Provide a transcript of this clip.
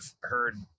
heard